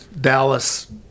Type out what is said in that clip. Dallas